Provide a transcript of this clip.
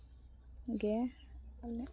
ᱜᱮ ᱤᱧ